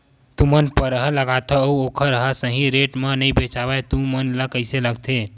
तू मन परहा लगाथव अउ ओखर हा सही रेट मा नई बेचवाए तू मन ला कइसे लगथे?